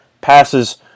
passes